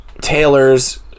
Taylor's